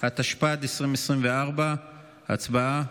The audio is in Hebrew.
התשפ"ד 2024. הצבעה.